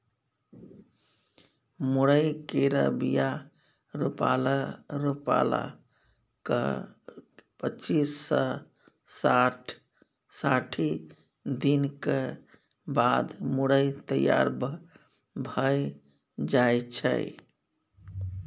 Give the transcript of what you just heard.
मुरय केर बीया रोपलाक पच्चीस सँ साठि दिनक बाद मुरय तैयार भए जाइ छै